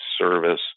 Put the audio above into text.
service